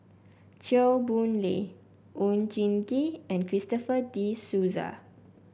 Chew Boon Lay Oon Jin Gee and Christopher De Souza